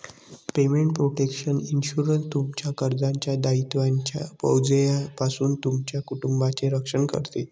payment protection insurance, तुमच्या कर्जाच्या दायित्वांच्या ओझ्यापासून तुमच्या कुटुंबाचे रक्षण करते